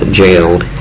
jailed